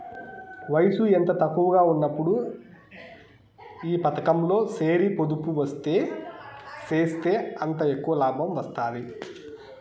వయసు ఎంత తక్కువగా ఉన్నప్పుడు ఈ పతకంలో సేరి పొదుపు సేస్తే అంత ఎక్కవ లాబం వస్తాది